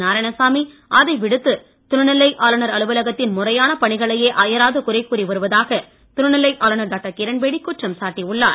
நாராயணசாமி அதை விடுத்து துணைநிலை ஆளுநர் அலுவலகத்தின் முறையான பணிகளையே அயராது குறை கூறி வருவதாக துணைநிலை ஆளுநர் டாக்டர் கிரண்பேடி குற்றம் சாட்டியுள்ளார்